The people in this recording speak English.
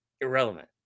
irrelevant